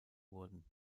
wurden